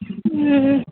उम्म